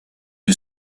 who